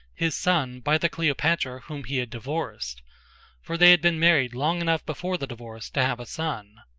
his son by the cleopatra whom he had divorced for they had been married long enough before the divorce, to have a son.